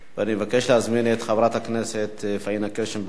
אני מבקש להזמין את חברת הכנסת פאינה קירשנבאום.